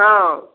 ହଁ